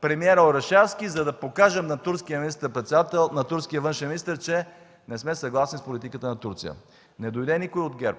премиера Орешарски, за да покажем на турския външен министър, че не сме съгласни с политиката на Турция. Не дойде никой от ГЕРБ.